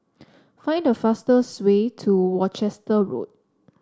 find the fastest way to Worcester Road